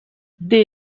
they